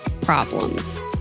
problems